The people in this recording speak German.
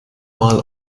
mal